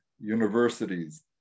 universities